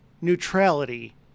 neutrality